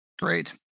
Great